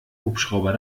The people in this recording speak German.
hubschrauber